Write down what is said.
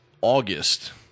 August